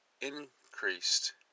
increased